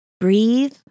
Breathe